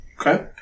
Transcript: Okay